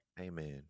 Amen